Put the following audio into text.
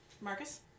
Marcus